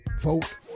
vote